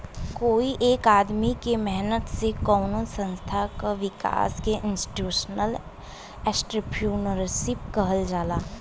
कोई एक आदमी क मेहनत से कउनो संस्था क विकास के इंस्टीटूशनल एंट्रेपर्नुरशिप कहल जाला